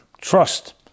trust